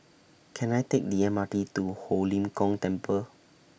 Can I Take The M R T to Ho Lim Kong Temple